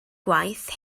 gwaith